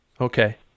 Okay